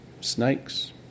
snakes